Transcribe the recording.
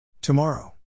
Tomorrow